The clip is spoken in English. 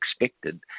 expected